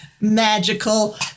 magical